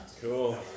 Cool